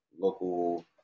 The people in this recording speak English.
local